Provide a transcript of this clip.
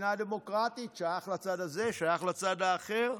מדינה דמוקרטית, שייך לצד הזה, שייך לצד האחר.